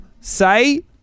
say